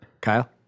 Kyle